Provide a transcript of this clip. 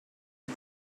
but